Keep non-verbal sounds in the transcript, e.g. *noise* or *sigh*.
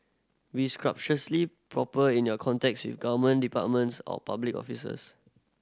be *unintelligible* proper in your contacts with government departments or public officers